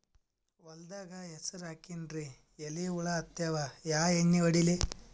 ಹೊಲದಾಗ ಹೆಸರ ಹಾಕಿನ್ರಿ, ಎಲಿ ಹುಳ ಹತ್ಯಾವ, ಯಾ ಎಣ್ಣೀ ಹೊಡಿಲಿ?